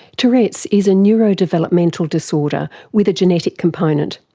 tourette's is a neurodevelopmental disorder with a genetic component.